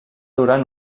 durar